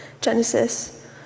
Genesis